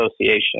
association